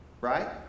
Right